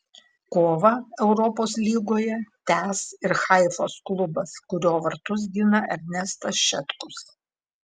kovą europos lygoje tęs ir haifos klubas kurio vartus gina ernestas šetkus